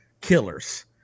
killers